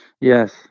Yes